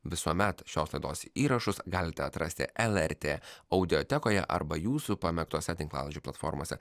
visuomet šios laidos įrašus galite atrasti lrt audiotekoje arba jūsų pamėgtose tinklalaidžių platformose